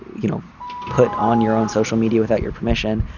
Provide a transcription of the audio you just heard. you know put on your own social media without your permission.